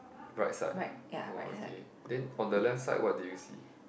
right side ah oh okay then on the left side what do you see